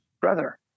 Brother